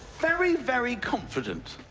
very, very confident.